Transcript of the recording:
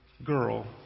Girl